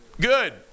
Good